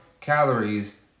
calories